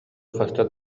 хаста